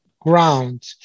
ground